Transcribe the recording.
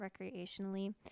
recreationally